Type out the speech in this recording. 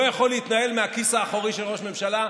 לא יכול להתנהל מהכיס האחורי של ראש ממשלה.